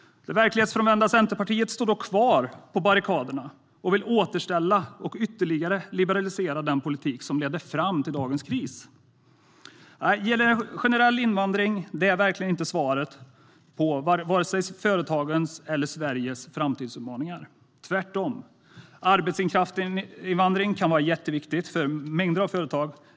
Det verklighetsfrånvända Centerpartiet står dock kvar på barrikaderna och vill återställa och ytterligare liberalisera den politik som ledde fram till dagens kris. En generell invandring är verkligen inte svaret på vare sig företagens eller Sveriges framtidsutmaningar, tvärtom. Arbetskraftsinvandring kan vara jätteviktig för mängder av företag.